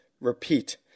Repeat